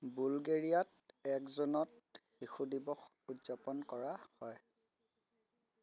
বুলগেৰিয়াত এক জুনত শিশু দিৱস উদযাপন কৰা হয়